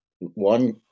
one